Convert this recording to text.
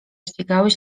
ścigałeś